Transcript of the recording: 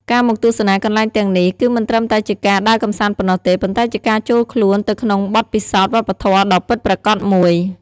ការមកទស្សនាកន្លែងទាំងនេះ គឺមិនត្រឹមតែជាការដើរកម្សាន្តប៉ុណ្ណោះទេ ប៉ុន្តែជាការចូលខ្លួនទៅក្នុងបទពិសោធន៍វប្បធម៌ដ៏ពិតប្រាកដមួយ។